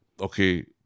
okay